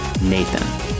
Nathan